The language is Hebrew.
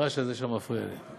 הרעש הזה שם מפריע לי.